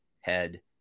head